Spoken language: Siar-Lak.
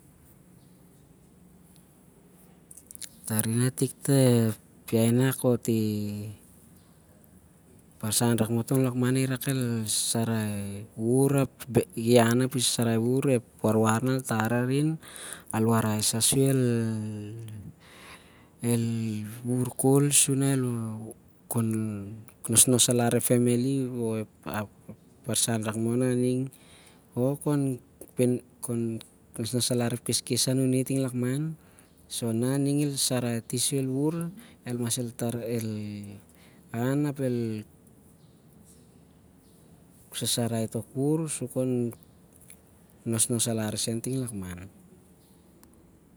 Tari nah tik- tih iahinam, o ti- barsan rak moh tong talang lakman nah irak el sasarai wuvur, ep warwar nah al tari arin, al warai sah sur el, nosnos alar ep nanatun o- ep barsan rak moh nah aning, ap el nosnos alar ep kheskhes anun ting nah- i- sasarai ati sur el wuvur, sur khon nosnos alar sen ting lakman.